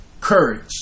courage